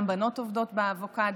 גם בנות עובדות באבוקדו,